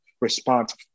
response